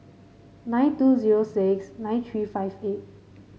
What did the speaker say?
nine two zero six nine three five eight